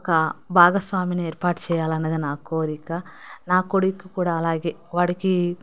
ఒక భాగస్వామిని ఏర్పాటు చేయాలన్నది నా కోరిక నా కొడుక్కి కూడా అలాగే వాడికి